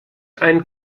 ein